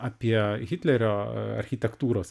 apie hitlerio architektūros